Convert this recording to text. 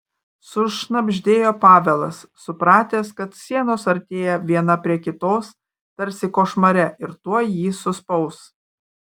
sušnabždėjo pavelas supratęs kad sienos artėja viena prie kitos tarsi košmare ir tuoj jį suspaus